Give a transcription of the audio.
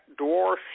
dwarf